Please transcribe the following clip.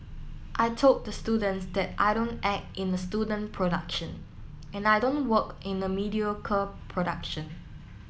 I told the students that I don't act in a student production and I don't work in a mediocre production